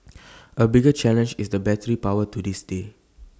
A bigger challenge is the battery power to this day